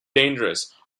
dangerous